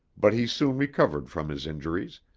but he soon recovered from his injuries,